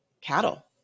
cattle